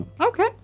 Okay